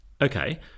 okay